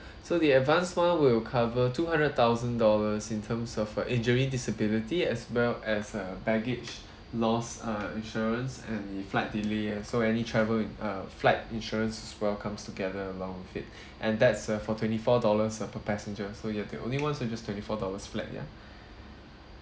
so the advanced [one] will cover two hundred thousand dollars in terms of uh injury disability as well as uh baggage loss err insurance and flight delay ah so any travel err flight insurance as well comes together along with it and that's uh four twenty four dollars ah per passenger so you're the only one so just twenty four dollars flat yeah